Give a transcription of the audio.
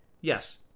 Yes